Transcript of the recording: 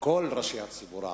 כל ראשי הציבור הערבי,